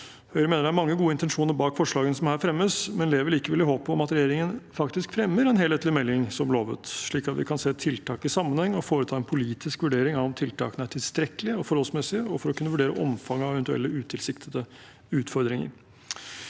Vi mener det er mange gode intensjoner bak forslagene som her fremmes, men lever likevel i håpet om at regjeringen faktisk fremmer en helhetlig melding, som lovet, slik at vi kan se tiltak i sammenheng og foreta en politisk vurdering av om tiltakene er tilstrekkelige og forholdsmessige, og for å kunne vurdere omfanget av eventuelle utilsiktede utfordringer.